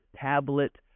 tablet